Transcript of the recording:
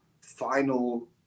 final